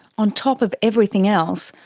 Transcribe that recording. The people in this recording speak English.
on top of everything else,